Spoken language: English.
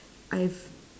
I've